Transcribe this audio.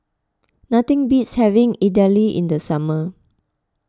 nothing beats having Idili in the summer